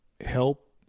Help